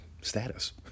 status